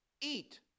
eat